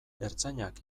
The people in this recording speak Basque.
ertzainak